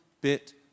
bit